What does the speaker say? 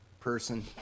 person